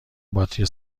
باتری